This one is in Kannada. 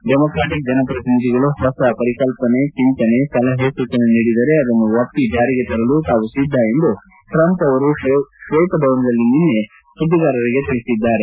ಡೆಮೊಕ್ರಾಟಿಕ್ ಜನಪ್ರತಿನಿಧಿಗಳು ಹೊಸ ಪರಿಕಲ್ಪನೆ ಚಿಂತನೆ ಸಲಹೆ ಸೂಚನೆ ನೀಡಿದರೆ ಅದನ್ನು ಒಪ್ಪಿ ಜಾರಿಗೆ ತರಲು ತಾವು ಸಿದ್ಧ ಎಂದು ಟ್ರಂಪ್ ಅವರು ಶ್ವೇತಭವನದಲ್ಲಿ ನಿನ್ನೆ ರಾತ್ರಿ ಸುದ್ದಿಗಾರರಿಗೆ ತಿಳಿಸಿದರು